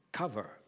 cover